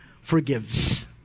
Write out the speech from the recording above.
forgives